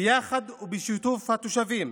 ביחד ובשיתוף התושבים,